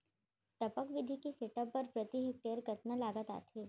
टपक विधि के सेटअप बर प्रति हेक्टेयर कतना लागत आथे?